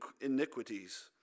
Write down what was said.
iniquities